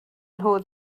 nhw